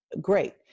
great